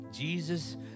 Jesus